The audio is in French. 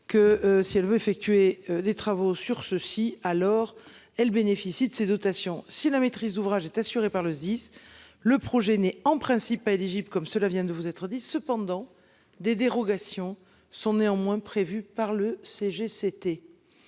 que si elle veut effectuer des travaux sur ceux-ci alors. Elle bénéficie de ces dotations si la maîtrise d'ouvrage est assurée par le This. Le projet n'est en principe pas éligibles comme cela vient de vous être 10 cependant des dérogations sont néanmoins prévues par le CG